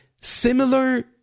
similar